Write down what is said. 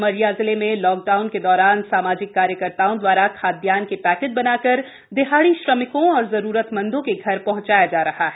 उमरिया जिले मे लॉकडाउन के दौरान सामाजिक कार्यकर्ताओं दवारा खादयान्न के पैकेट बना कर दिहाड़ी श्रमिकों और जरूरतमंदों के घर पहंचाएं जा रहे हैं